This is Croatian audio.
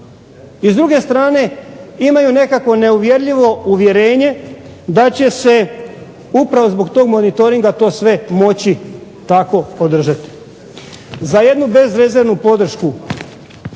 i s druge strane imaju nekakvo neuvjerljivo uvjerenje da će se upravo zbog tog monitoringa to sve moći tako održati. Za jednu bezrezervnu podršku